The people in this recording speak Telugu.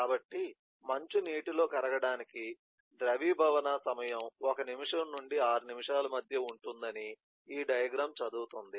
కాబట్టి మంచు నీటిలో కరగడానికి ద్రవీభవన సమయం 1 నిమిషం నుండి 6 నిమిషాల మధ్య ఉంటుందని ఈ డయాగ్రమ్ చదువుతుంది